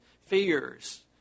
fears